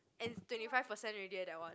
and twenty five percent already leh that one